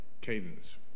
Cadence